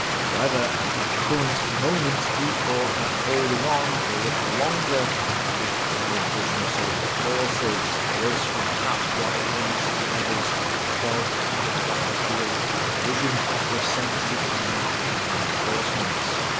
however, at the current moment he thought that holding on for a little longer would tie up additional soviet forces. this was perhaps why elements of weber's twelfth luftwaffe field division were sent to the island as reinforcements.